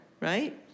Right